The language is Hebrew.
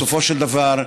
בסופו של דבר,